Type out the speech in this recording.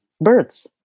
birds